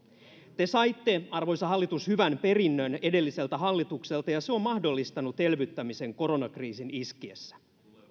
te saitte arvoisa hallitus hyvän perinnön edelliseltä hallitukselta ja se on mahdollistanut elvyttämisen koronakriisin iskiessä